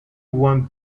one